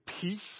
peace